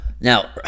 Now